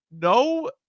no